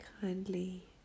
Kindly